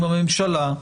עם הממשלה,